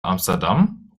amsterdam